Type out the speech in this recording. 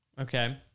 Okay